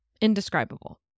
indescribable